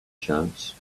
chance